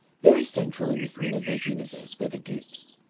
very central in miss miniver's universe were the goopes.